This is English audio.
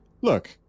Look